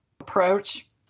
approach